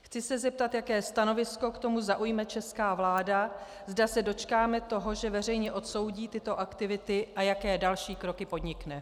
Chci se zeptat, jaké stanovisko k tomu zaujme česká vláda, zda se dočkáme toho, že veřejně odsoudí tyto aktivity, a jaké další kroky podnikne.